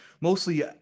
mostly